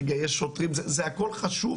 לגייס שוטרים - זה הכל חשוב,